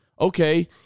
okay